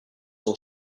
will